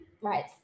right